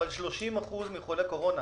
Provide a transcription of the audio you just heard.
אבל 30% מחולי הקורונה